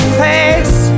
face